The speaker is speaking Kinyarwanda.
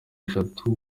eshatu